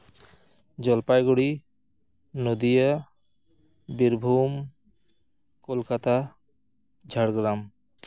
Jalpaiguri Nadia Birbhum Kolkata Jhargram